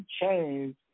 change